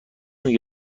میگی